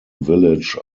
village